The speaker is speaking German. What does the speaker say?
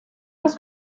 das